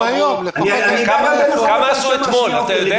כמה עשו אתמול, אתה יודע?